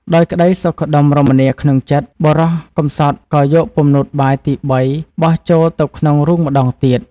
ដោយក្តីសុខដុមរមនាក្នុងចិត្ត បុរសកំសត់ក៏យក ពំនូតបាយទីបីបោះចូលទៅក្នុងរូងម្តងទៀត ។